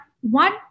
one